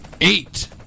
eight